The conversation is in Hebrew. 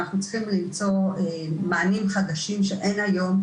אנחנו צריכים למצוא מענים חדשים שאין היום,